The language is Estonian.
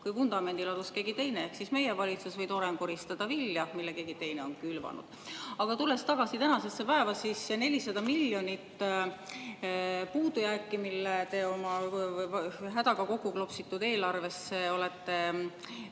kui vundamendi ladus keegi teine ehk siis meie valitsus, või tore on koristada vilja, mille keegi teine on külvanud. Aga tuleme tagasi tänasesse päeva: see 400 miljonit puudujääki, mille te oma hädaga kokku klopsitud eelarvesse olete